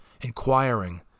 inquiring